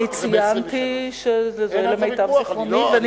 אני ציינתי שזה למיטב זיכרוני.